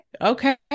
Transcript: okay